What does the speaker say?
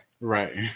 right